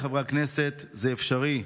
חבריי חברי הכנסת, זה אפשרי.